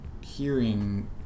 hearing